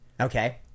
Okay